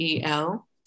EL